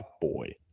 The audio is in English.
boy